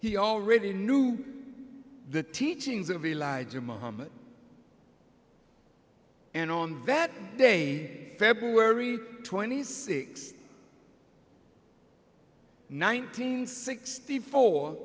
he already knew the teachings of elijah muhammad and on that day february twenty sixth nineteen sixty four